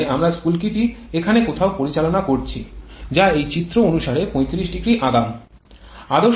এখানে আমরা স্ফুলকিটি এখানে কোথাও পরিচালনা করছি যা এই চিত্র অনুসারে ৩৫০ আগাম আদর্শভাবে ২০ থেকে ৩০০ এর মধ্যে রয়েছে